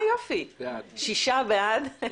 6 בעד, פה אחד.